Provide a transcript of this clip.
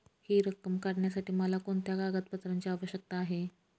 हि रक्कम काढण्यासाठी मला कोणत्या कागदपत्रांची आवश्यकता आहे?